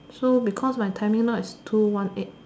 so because my timing now is two one eight